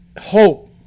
hope